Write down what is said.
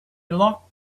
locked